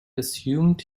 assumed